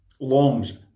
longs